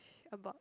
about